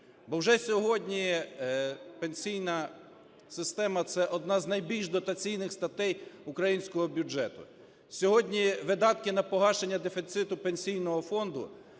Бо вже сьогодні пенсійна система – це одна з найбільш дотаційних статей українського бюджету. Сьогодні видатки на погашення дефіциту Пенсійного фонду